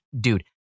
dude